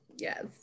Yes